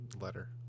letter